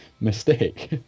mistake